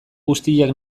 guztiak